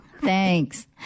Thanks